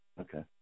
Okay